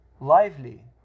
lively